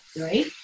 Right